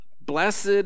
blessed